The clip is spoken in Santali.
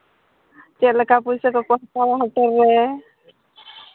ᱪᱮᱫ ᱞᱮᱠᱟ ᱯᱩᱭᱥᱟᱹ ᱠᱚᱠᱚ ᱦᱟᱛᱟᱣᱟ ᱦᱳᱴᱮᱹᱞ ᱨᱮ